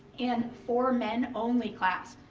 and for men only class.